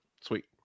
Sweet